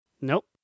Nope